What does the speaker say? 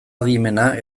adimena